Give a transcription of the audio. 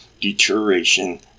deterioration